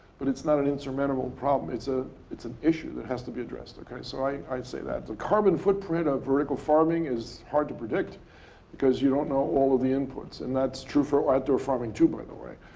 but it's not an insurmountable problem. it's ah it's an issue that has to be addressed. so i would and say that. the carbon footprint of vertical farming is hard to predict because you don't know all of the inputs. and that's true for outdoor farming, too, by the way.